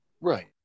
Right